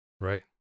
Right